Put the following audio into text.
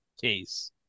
case